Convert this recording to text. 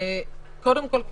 קודם כול,